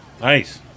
Nice